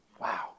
Wow